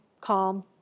calm